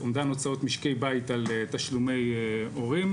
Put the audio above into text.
אומדן הוצאות משקי בית על תשלומי הורים.